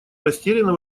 растерянно